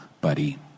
buddy